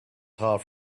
half